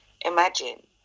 imagine